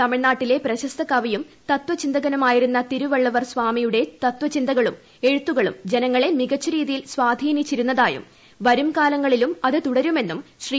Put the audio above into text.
തമിഴ്നാട്ടിലെ പ്രശസ്ത കവിയും ത്തചിന്തകനുമായിരുന്ന തിരുവള്ളുവർ സാമിയുടെ തൃത്ചിന്തകളും എഴുത്തുകളും ജനങ്ങളെ മികച്ച രീതിയിൽ സ്വാധീനിച്ചിരുന്നതായും വരുംകാലങ്ങളിലും അത് ് തൂടരുമെന്നും ശ്രീ